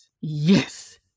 Yes